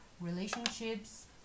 relationships